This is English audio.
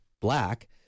black